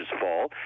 fall